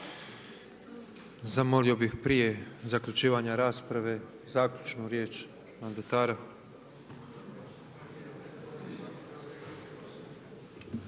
Zamolio bih prije zaključivanja rasprave zaključnu riječ mandatara.